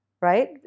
right